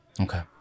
okay